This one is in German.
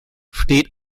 steht